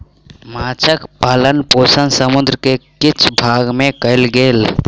माँछक पालन पोषण समुद्र के किछ भाग में कयल गेल